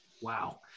Wow